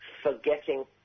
forgetting